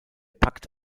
pakt